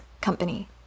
company